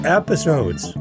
episodes